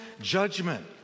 judgment